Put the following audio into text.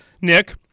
Nick